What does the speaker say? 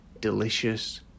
delicious